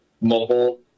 mobile